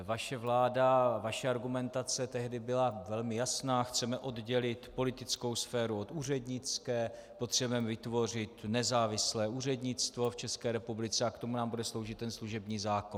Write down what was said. Vaše vláda, vaše argumentace tehdy byla velmi jasná: Chceme oddělit politickou sféru od úřednické, potřebujeme vytvořit nezávislé úřednictvo v České republice a k tomu nám bude sloužit ten služební zákon.